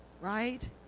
right